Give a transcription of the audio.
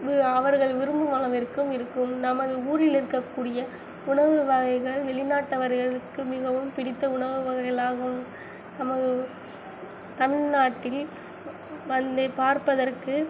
அவர்கள் விரும்பும் அளவிற்கும் இருக்கும் நமது ஊரில் இருக்க கூடிய உணவு வகைகள் வெளி நாட்டவர்களுக்கு மிகவும் பிடித்த உணவு வகைகளாகவும் நமது தமிழ்நாட்டில் வந்து பார்ப்பதற்கு